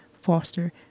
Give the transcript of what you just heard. foster